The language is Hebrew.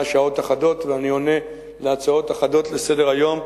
שעות אחדות ואני עונה להצעות אחדות לסדר-היום,